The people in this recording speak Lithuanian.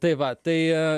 tai va tai